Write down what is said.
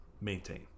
maintain